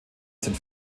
sind